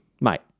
mate